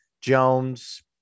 Jones